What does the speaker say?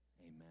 Amen